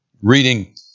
Reading